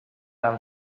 amb